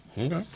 Okay